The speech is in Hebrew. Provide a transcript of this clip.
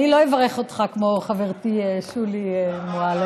אני לא אברך אותך כמו חברתי שולי מועלם,